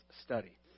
study